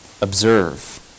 observe